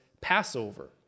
Passover